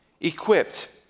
equipped